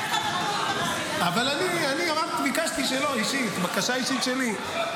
אני רק ביקשתי שלא, בקשה אישית שלי.